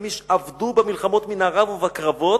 איש אבדו במלחמות מן המארב ובקרבות,